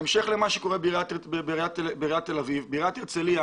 בעיריית הרצליה,